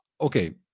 okay